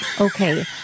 Okay